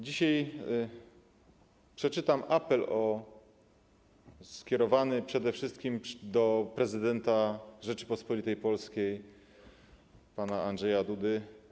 Dzisiaj przeczytam apel skierowany przede wszystkim do prezydenta Rzeczypospolitej Polskiej pana Andrzeja Dudy.